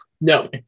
No